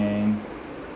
and